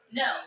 no